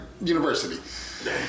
university